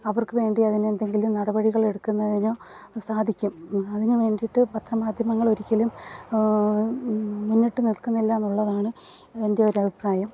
അവർക്ക് വേണ്ടി അതിന് എന്തെങ്കിലും നടപടികളെടുക്കുന്നതിനോ സാധിക്കും അതിന് വേണ്ടിയിട്ട് പത്രമാധ്യമങ്ങളൊരിക്കലും മുന്നിട്ട് നിൽക്കുന്നില്ലാന്നുള്ളതാണ് എൻ്റെ ഒരഭിപ്രായം